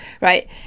right